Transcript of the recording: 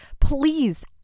please